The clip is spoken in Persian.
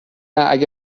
اگه